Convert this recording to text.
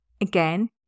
Again